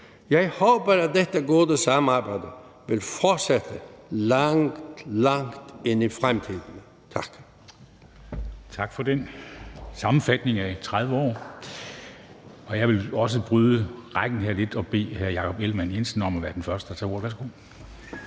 Jeg håber, at dette gode samarbejde vil fortsætte langt, langt ind i fremtiden. Tak.